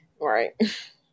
Right